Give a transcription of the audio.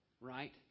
right